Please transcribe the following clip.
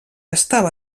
estava